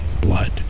blood